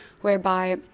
whereby